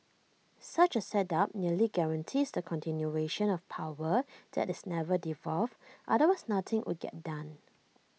such A setup nearly guarantees the continuation of power that is never devolved otherwise nothing would get done